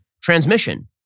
transmission